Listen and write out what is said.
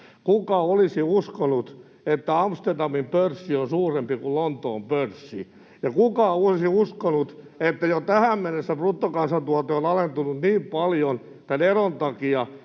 Kuka olisi uskonut, että Amsterdamin pörssi on suurempi kuin Lontoon pörssi? Ja kuka olisi uskonut, että jo tähän mennessä bruttokansantuote on alentunut niin paljon tämän eron takia,